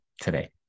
today